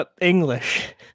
English